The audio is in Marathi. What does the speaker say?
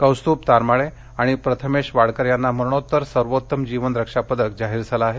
कौस्तूभ तारमाळे आणि प्रथमेश वाडकर यांना मरणोत्तर सर्वोत्तम जीवन रक्षा पदक जाहीर झाले आहे